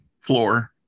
floor